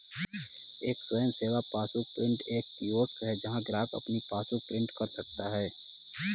एक स्वयं सेवा पासबुक प्रिंटर एक कियोस्क है जहां ग्राहक अपनी पासबुक प्रिंट कर सकता है